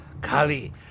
Kali